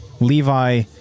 Levi